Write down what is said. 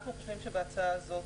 אנחנו חושבים שבהצעה זו